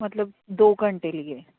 ਮਤਲਬ ਦੋ ਘੰਟੇ ਲਈ ਹੈ